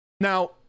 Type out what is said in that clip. now